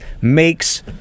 makes